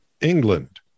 England